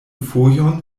fojon